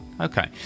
Okay